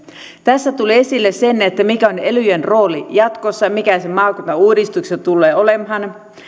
tässä tulee esille se mikä on elyjen rooli jatkossa mikä se maakuntauudistuksessa tulee olemaan